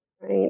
Right